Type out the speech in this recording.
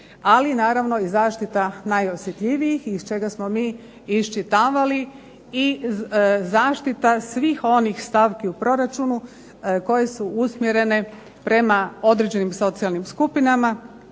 ali naravno i zaštita najosjetljivijih iz čega smo mi iščitavali i zaštita svih onih stavki u proračunu koje su usmjerene prema određenim socijalnim skupinama.